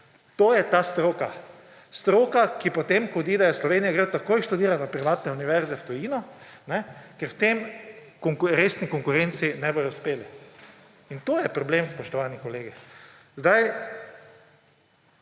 To je ta stroka, stroka, ki potem, ko odidejo iz Slovenije, gredo takoj študirat na privatne univerze v tujino, ker v tej resni konkurenci ne bodo uspeli. In to je problem, spoštovani kolegi. Če